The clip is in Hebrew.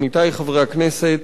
עמיתי חברי הכנסת,